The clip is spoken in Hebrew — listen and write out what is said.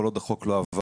כל עוד החוק לא עבר,